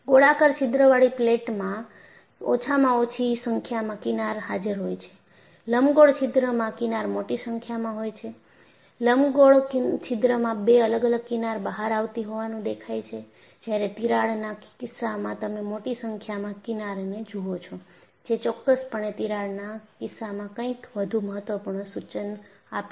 ગોળાકાર છિદ્રવાળી પ્લેટનમાં ઓછામાં ઓછી સંખ્યામાં કિનાર હાજર હોય છે લંબગોળ છિદ્રમાં કિનાર મોટી સંખ્યામાં હોય છે લંબગોળ છિદ્રમાં બે અલગ અલગ કિનાર બહાર આવતી હોવાનો દેખાય છે જ્યારે તિરાડના કિસ્સામાં તમે મોટી સંખ્યામાં કિનારને જુઓ છો જે ચોક્કસપણે તિરાડના કિસ્સામાં કંઈક વધુ મહત્વપૂર્ણ સૂચન આપે છે